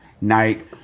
night